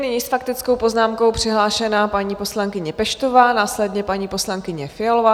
Nyní s faktickou poznámkou přihlášená paní poslankyně Peštová, následně paní poslankyně Fialová.